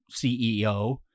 CEO